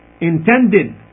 intended